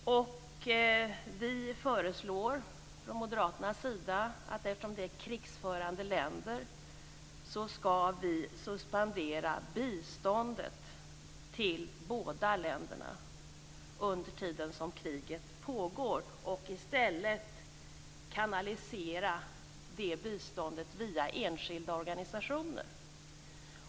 Vi moderater föreslår att vi, eftersom det är fråga om krigförande länder, ska suspendera biståndet till båda länderna under den tid kriget pågår och i stället kanalisera det biståndet via enskilda organisationer.